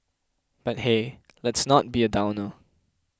but hey let's not be a downer